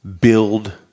Build